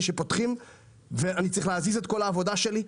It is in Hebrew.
שפותחים ואני צריך להזיז את כל העבודה שלי?